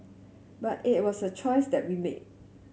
but it was a choice that we made